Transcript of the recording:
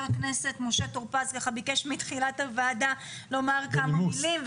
הכנסת משה טור פז ביקש מתחילת הוועדה לומר כמה מילים,